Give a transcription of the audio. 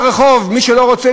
הכול פורח, הכול